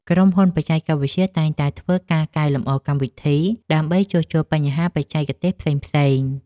ក្រុមហ៊ុនបច្ចេកវិទ្យាតែងតែធ្វើការកែលម្អកម្មវិធី ដើម្បីជួសជុលបញ្ហាបច្ចេកទេសផ្សេងៗ។